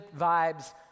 Vibes